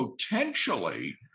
potentially